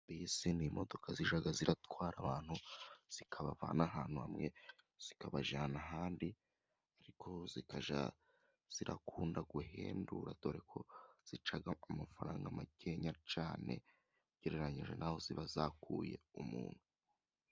Bisi ni imodoka zijya ziratwara abantu, zikabavana ahantu hamwe zikabajyana ahandi, ariko zikajya zirakunda guhendura dore ko zica amafaranga make cyane, ugereranyije n'aho ziba zakuye umuntu.